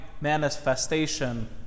manifestation